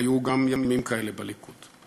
היו גם ימים כאלה בליכוד.